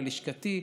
ללשכתי,